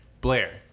Blair